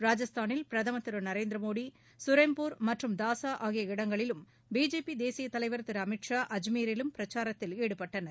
ராஜஸ்தானில் பிரதமர் திரு நரேந்திரமோடி சுமேர்பூர் மற்றும் டாஸா ஆகிய இடங்களிலும் பிஜேபி தேசிய தலைவர் திரு அமித் ஷா ஆஜ்மீரிலும் பிரச்சாரத்தில் ஈடுபட்டனர்